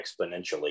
exponentially